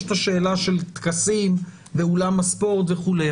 יש כאן שאלה של טקסים באולם הספורט וכולי,